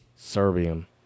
serbian